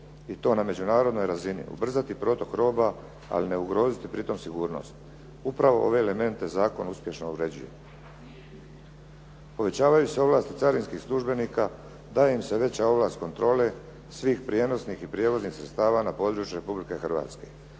i to na međunarodnoj razini ubrzati protok roba, ali ne ugroziti pritom sigurnost. Upravo ove elemente zakon uspješno uređuje. Povećavaju se ovlasti carinskih službenika, daje im se veća ovlast kontrole svih prijenosnih i prijevoznih sredstava na području Republike Hrvatske.